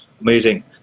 Amazing